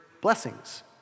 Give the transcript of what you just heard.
blessings